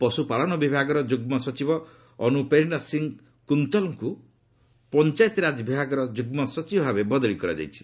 ପଶୁପାଳନ ବିଭାଗର ଯୁଗ୍ମ ସଚିବ ଅନୁପେର୍ନା ସିଂ କୁନ୍ତଲଙ୍କୁ ପଞ୍ଚାୟତିରାଜ ବିଭାଗର ଯୁଗ୍ମ ସଚିବ ଭାବେ ବଦଳି କରାଯାଇଛି